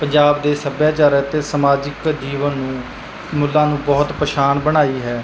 ਪੰਜਾਬ ਦੇ ਸੱਭਿਆਚਾਰ ਅਤੇ ਸਮਾਜਿਕ ਜੀਵਨ ਨੂੰ ਮੁੱਲਾਂ ਨੂੰ ਬਹੁਤ ਪਛਾਣ ਬਣਾਈ ਹੈ